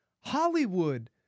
Hollywood